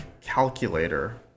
calculator